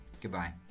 Goodbye